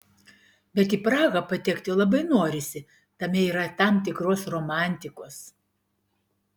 bet į prahą patekti labai norisi tame yra tam tikros romantikos